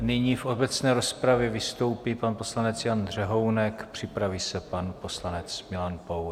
Nyní v obecné rozpravě vystoupí pan poslanec Jan Řehounek, připraví se pan poslanec Milan Pour.